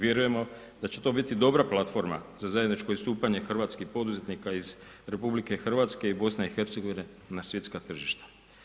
Vjerujemo da će to biti dobra platforma za zajedničko istupanje hrvatskih poduzetnika iz RH i BiH-a na svjetska tržišta.